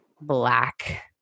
black